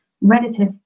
relative